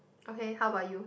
okay how bout you